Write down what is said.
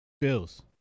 Bills